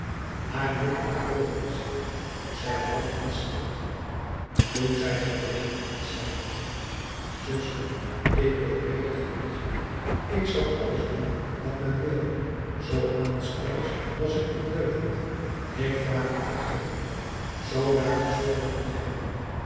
haar lippen bewogen zich zij bad in stilte toen zij gebeden had zeide zij zuster ik wil weder gaan liggen ik zal alles doen wat men wil zoo aanstonds was ik ondeugend ik vraag u vergeving zoo luid gesproken te hebben